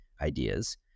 ideas